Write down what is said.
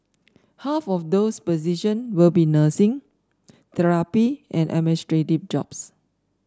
half of those position will be nursing therapy and administrative jobs